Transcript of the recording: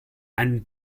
einem